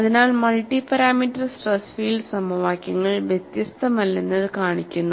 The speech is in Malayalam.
അതിനാൽ മൾട്ടി പാരാമീറ്റർ സ്ട്രെസ് ഫീൽഡ് സമവാക്യങ്ങൾ വ്യത്യസ്തമല്ലെന്ന് ഇത് കാണിക്കുന്നു